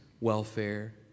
welfare